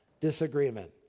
disagreement